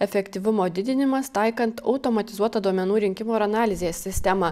efektyvumo didinimas taikant automatizuotą duomenų rinkimo ir analizės sistemą